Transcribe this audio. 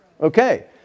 Okay